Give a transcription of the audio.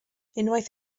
unwaith